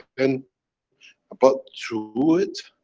and but through it,